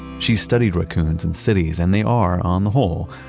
she's studied raccoons incities and they are, on the whole,